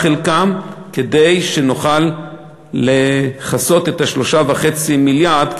חלקם כדי שנוכל לכסות את ה-3.5 מיליארד,